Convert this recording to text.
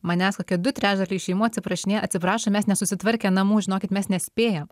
manęs kokie du trečdaliai šeimų atsiprašinėja atsiprašo mes nesusitvarkę namų žinokit mes nespėjam